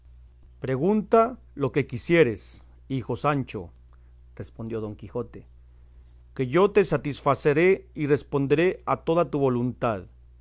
pregunta lo que quisieres hijo sancho respondió don quijote que yo te satisfaré y responderé a toda tu voluntad